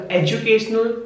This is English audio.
educational